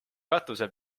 katuse